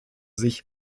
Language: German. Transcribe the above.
sich